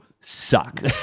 suck